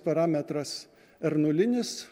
parametras r nulinis